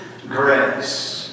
grace